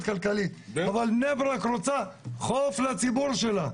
כלכלית אבל בני ברק רוצה חוף לציבור שלה.